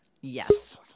Yes